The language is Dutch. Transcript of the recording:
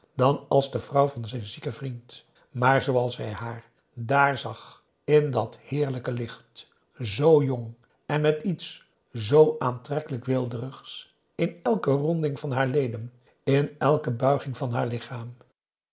dan als de vrouw van zijn zieken vriend maar zooals hij haar daar zag in dat heerlijke licht zoo jong en met iets zoo aantrekkelijk weelderigs in elke ronding van haar leden in elke buiging van haar lichaam